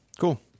Cool